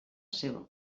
seva